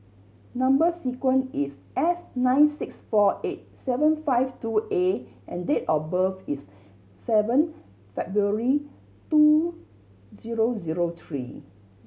number sequence is S nine six four eight seven five two A and date of birth is seven February two zero zero three